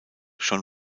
schon